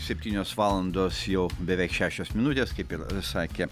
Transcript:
septynios valandos jau beveik šešios minutės kaip ir sakė